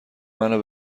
منو